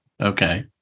Okay